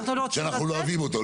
שאנחנו לא אוהבים אותו.